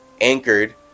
anchored